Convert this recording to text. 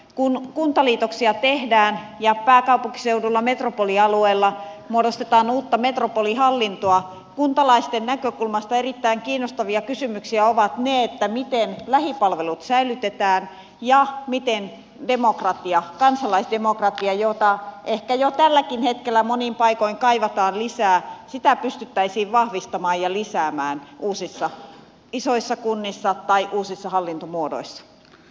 kun kuntaliitoksia tehdään ja pääkaupunkiseudulla metropolialueella muodostetaan uutta metropolihallintoa kuntalaisten näkökulmasta erittäin kiinnostavia kysymyksiä ovat ne miten lähipalvelut säilytetään ja miten demokratiaa kansalaisdemokra tiaa jota ehkä jo tälläkin hetkellä monin paikoin kaivataan lisää pystyttäisiin vahvistamaan ja lisäämään uusissa isoissa kunnissa tai uusissa hallintomuodoissa